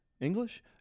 English